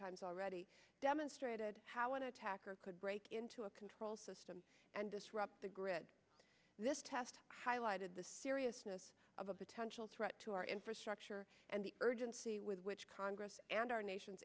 times already demonstrated how an attacker could break into a control system and disrupt the grid this test highlighted the seriousness of a potential threat to our infrastructure and the urgency with which congress and our nation